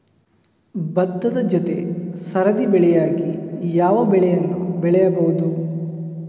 ಭತ್ತದ ಜೊತೆ ಸರದಿ ಬೆಳೆಯಾಗಿ ಯಾವ ಬೆಳೆಯನ್ನು ಬೆಳೆಯಬಹುದು?